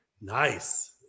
nice